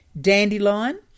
Dandelion